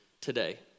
today